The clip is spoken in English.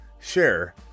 share